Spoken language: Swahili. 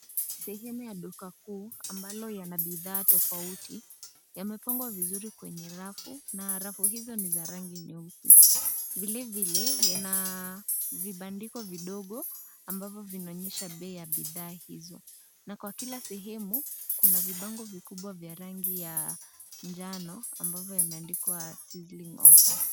Sehemu ya duka kuu ambalo yana bidhaa tofauti yamepangwa vizuri kwenye rafu na rafu hizo ni za rangi nyeusi. Vilevile yana vibandiko vidogo ambavyo vinaonyesha bei ya bidhaa hizo na kwa kila sehemu kuna vibango vikubwa vya rangi ya njano ambavyo yameandikwa sizzling offers .